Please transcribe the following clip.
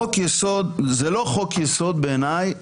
בעיניי,